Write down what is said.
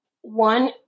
one